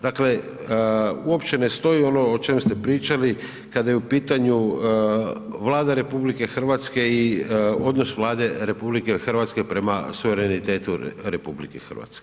Dakle, uopće ne stoji ono o čem ste pričali kada je u pitanju Vlada RH i odnos Vlade RH prema suverenitetu RH.